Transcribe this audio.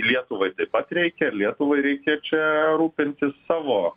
lietuvai taip pat reikia lietuvai reikia čia rūpintis savo